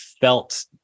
felt